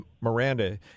Miranda